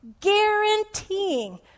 Guaranteeing